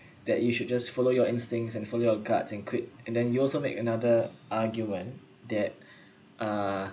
that you should just follow your instincts and for your guts and quit and then you also make another argument that uh